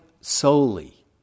solely